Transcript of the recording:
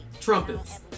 trumpets